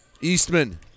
Eastman